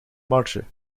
marge